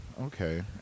Okay